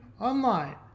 online